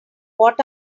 what